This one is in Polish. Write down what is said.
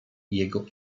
jego